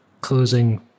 closing